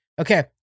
Okay